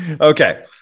Okay